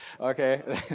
okay